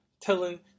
telling